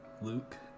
Luke